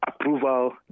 approval